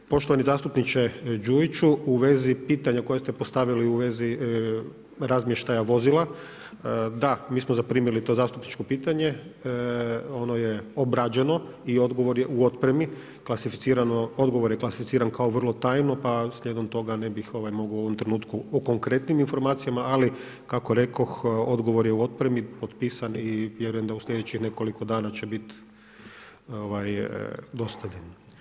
Poštovani zastupniče Đujiću u vezi pitanja koja ste postavili u vezi razmještaja vozila, da mi smo zaprimili to zastupničko pitanje, ono je obrađeno i odgovor je u otpremi, odgovor je klasificiran kao vrlo tajno pa slijedom toga ne bih mogao u ovom trenutku o konkretnim informacijama, ali kako rekoh odgovor je u otpremi potpisan i vjerujem da u sljedećih nekoliko dana će biti dostavljen.